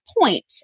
point